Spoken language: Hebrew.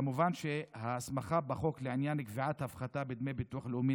כמובן שההסמכה בחוק לעניין קביעת הפחתה בדמי הביטוח הלאומי